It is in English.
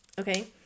okay